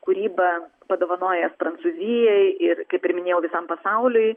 kūryba padovanojęs prancūzijai ir kaip ir minėjau visam pasauliui